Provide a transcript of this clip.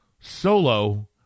Solo